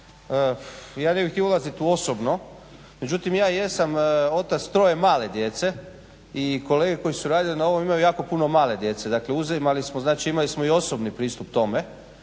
ja ne bih htio ulazit u osobno. Međutim ja jesam otac troje male djece i kolege koje su radile na ovome imaju jako puno male djece. Znači uzimali smo znači imali smo i osobni pristup tome